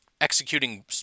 executing